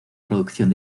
producción